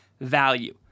value